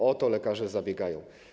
O to lekarze zabiegają.